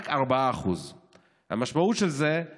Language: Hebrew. רק 4%. המשמעות של זה היא